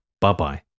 Bye-bye